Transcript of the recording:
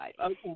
okay